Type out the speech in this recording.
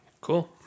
Cool